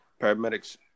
paramedics